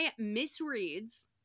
misreads